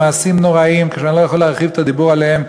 במעשים נוראיים שאני לא יכול להרחיב את הדיבור עליהם,